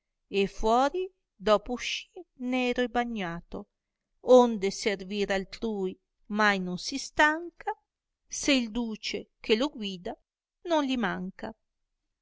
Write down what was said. e fuori doppo usci nero e bagnato onde servir altrui mai non si stanca se il duce che lo guida non gli manca